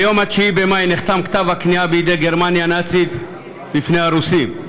ביום 9 במאי נחתם כתב הכניעה בידי גרמניה הנאצית בפני הרוסים,